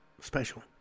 special